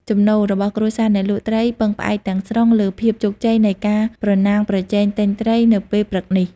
ចំណូល របស់គ្រួសារអ្នកលក់ត្រីពឹងផ្អែកទាំងស្រុងលើភាពជោគជ័យនៃការប្រណាំងប្រជែងទិញត្រីនៅពេលព្រឹកនេះ។